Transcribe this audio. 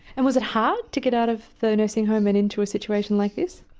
and was it hard to get out of the nursing home and into a situation like this?